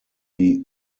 die